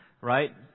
right